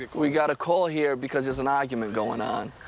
like we got a call here because there's an argument going on.